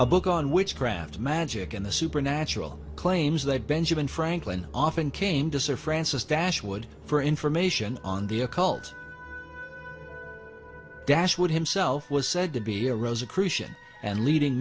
a book on witchcraft magic in the supernatural claims that benjamin franklin often came to serve francis dashwood for information on the occult dashwood himself was said to be a rosa christian and leading